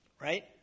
right